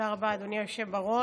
תודה רבה, אדוני היושב-ראש.